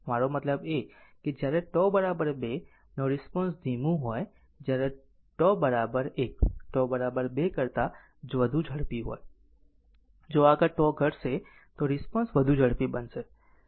મારો મતલબ કે જો જ્યારે τ 2 નો રિસ્પોન્સ ધીમું હોય જ્યારે τ 1 τ 2 કરતા વધુ ઝડપી હોય જો આગળ τ ઘટશે તો રિસ્પોન્સ વધુ ઝડપી બનશે